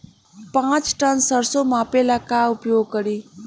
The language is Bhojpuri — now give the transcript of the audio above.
पाँच टन सरसो मापे ला का उपयोग करी?